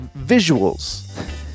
visuals